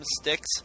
sticks